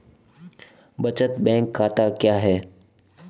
बचत बैंक खाता क्या है?